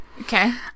Okay